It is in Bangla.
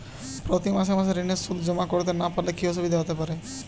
প্রতি মাসে মাসে ঋণের সুদ জমা করতে না পারলে কি অসুবিধা হতে পারে?